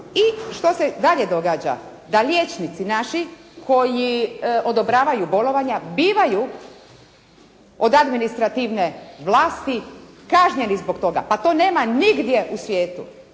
i što se dalje događa? Da liječnici naši koji odobravao bolovanja bivaju od administrativne vlasti kažnjeni zbog toga. Pa to nema nigdje u svijetu.